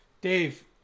Dave